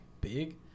big